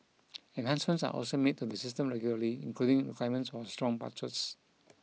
enhancements are also made to the system regularly including requirements for strong